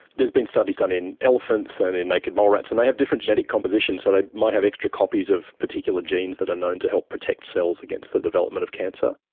there's been studies done in elephants and in naked mole rats, and they have different genetic compositions, so they might have extra copies of particular genes that are known to help protect cells against the development of cancer.